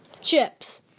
Chips